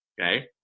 Okay